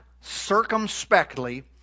circumspectly